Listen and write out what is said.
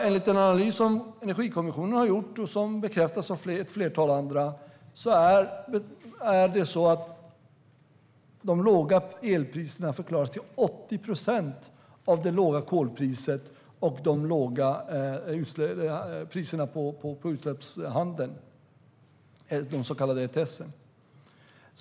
Enligt den analys som Energikommissionen har gjort och som bekräftas av ett flertal andra förklaras de låga elpriserna till 80 procent av det låga kolpriset och de låga priserna på utsläppshandeln, priserna på så kallade ETS.